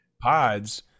Pods